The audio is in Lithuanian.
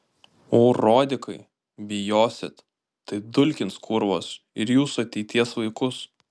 urodikai bijosit tai dulkins kurvos ir jūsų ateities vaikus